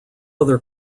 other